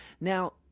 Now